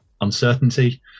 uncertainty